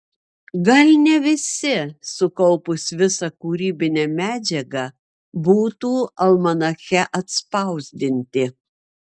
gal ne visi sukaupus visą kūrybinę medžiagą būtų almanache atspausdinti